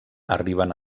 arriben